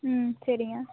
ம் சரிங்க